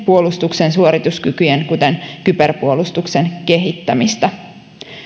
puolustuksen suorituskykyjen kuten kyberpuolustuksen kehittämistä